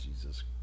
jesus